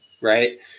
right